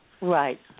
Right